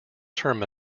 term